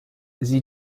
sie